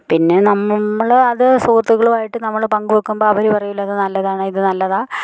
പിന്നെ നമ്മള് അത് സുഹൃത്തക്കളുവായിട്ട് നമ്മള് പങ്ക് വെക്കുമ്പോൾ അവര് പറയുമല്ലോ അത് നല്ലതാണ് ഇത് നല്ലതാ